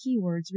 keywords